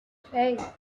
hey